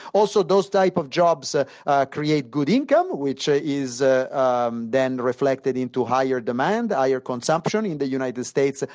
also those type of jobs ah ah create good income, which ah is ah um then reflected into higher demand for consumption in the united states, ah